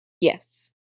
Yes